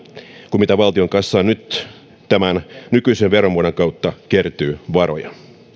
kuin mitä valtion kassaan nyt tämän nykyisen veromuodon kautta kertyy varoja